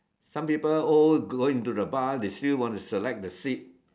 some people old going into the bus they still want to select the seat